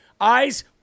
eyes